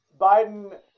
Biden